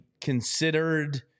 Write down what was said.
considered